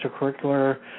extracurricular